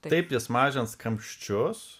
taip jis mažins kamščius